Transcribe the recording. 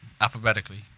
Alphabetically